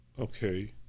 Okay